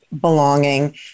belonging